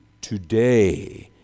today